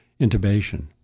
intubation